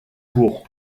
cours